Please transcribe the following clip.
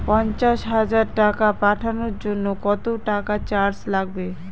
পণ্চাশ হাজার টাকা পাঠানোর জন্য কত টাকা চার্জ লাগবে?